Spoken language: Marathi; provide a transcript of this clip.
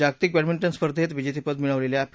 जागतिक बद्दमिंटन स्पर्धेचं विजेतपद मिळवलेल्या पी